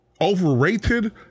overrated